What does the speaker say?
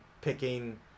picking